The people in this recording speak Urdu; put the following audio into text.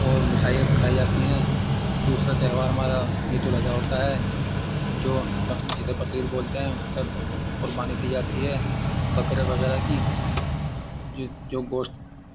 اور مٹھائیاں کھائی جاتی ہیں دوسرا تہوار ہمارا عید الاضحی ہوتا ہے جو جسے بقرعید بولتے ہیں اس پر قربانی دی جاتی ہے بکرے وغیرہ کی جو جو گوشت